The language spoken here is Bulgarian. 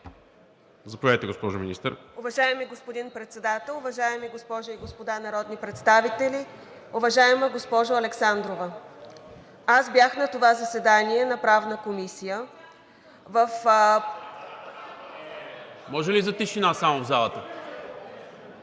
Заповядайте, госпожо Министър.